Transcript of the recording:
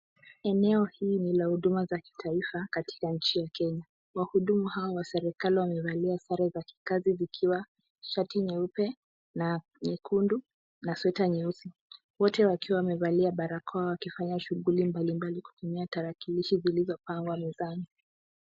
Eneo hii ni ya huduma za kitaifa katika nchi ya Kenya. Wahudumu WA serikali wamevalia sare za kikazi zikiwa shati nyeupe na nyekundu na sweta nyeusi. Wote wakiwa wamevalia barakoa wakifanya shughuli mbalimbali kutumia tarakilishi zilizo pangwa mezani